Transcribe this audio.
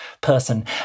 person